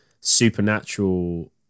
supernatural